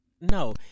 no